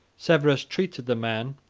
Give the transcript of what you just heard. severus treated the man,